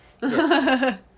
Yes